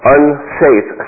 unsafe